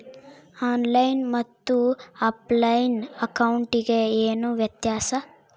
On line ಮತ್ತೆ offline ಅಕೌಂಟಿಗೆ ಏನು ವ್ಯತ್ಯಾಸ?